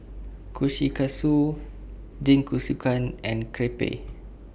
Kushikatsu Jingisukan and Crepe